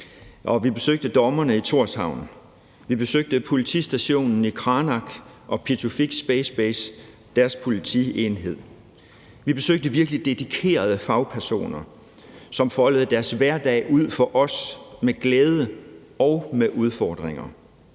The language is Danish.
vi besøgte dommerne i Tórshavn. Vi besøgte politistationen i Qaanaaq og politienheden på Pituffik Space Base. Vi besøgte virkelig dedikerede fagpersoner, som foldede deres hverdag ud for os med glæde og med udfordringer.